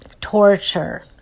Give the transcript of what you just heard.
torture